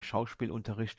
schauspielunterricht